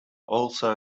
also